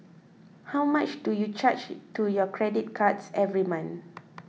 how much do you charge to your credit cards every month